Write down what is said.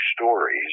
stories